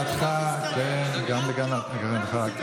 ולהגנתך, כן, גם להגנתך.